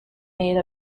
made